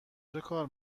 چکار